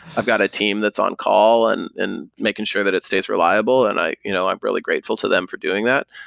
i've got a team that's on call and and making sure that it stays reliable, and you know i'm really grateful to them for doing that.